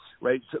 right